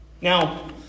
Now